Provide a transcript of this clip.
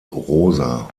rosa